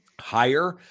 higher